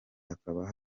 hakaba